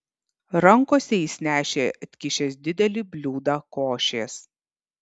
rankose jis nešė atkišęs didelį bliūdą košės